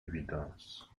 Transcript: évidence